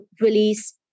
release